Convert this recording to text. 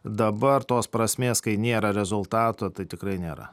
dabar tos prasmės kai nėra rezultato tai tikrai nėra